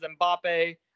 Mbappe